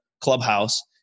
clubhouse